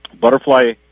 Butterfly